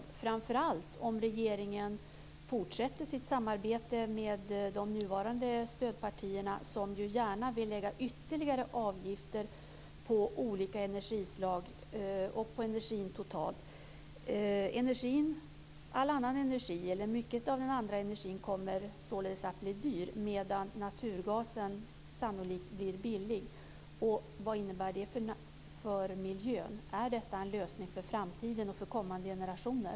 Det gäller framför allt om regeringen fortsätter sitt samarbete med de nuvarande stödpartierna, som ju gärna vill lägga ytterligare avgifter på olika energislag och på energin totalt. Mycket av den andra energin kommer således att bli dyr, medan naturgasen sannolikt blir billig. Vad innebär det för miljön? Är detta en lösning för framtiden och för kommande generationer?